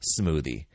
smoothie